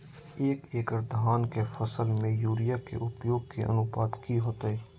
एक एकड़ धान के फसल में यूरिया के उपयोग के अनुपात की होतय?